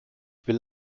will